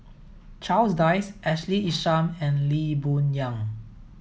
Charles Dyce Ashley Isham and Lee Boon Yang